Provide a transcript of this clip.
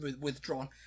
withdrawn